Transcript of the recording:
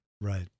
Right